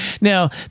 now